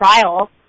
trial